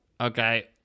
Okay